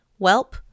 Welp